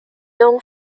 known